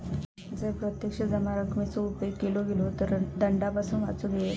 जर प्रत्यक्ष जमा रकमेचो उपेग केलो गेलो तर दंडापासून वाचुक येयत